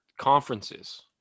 conferences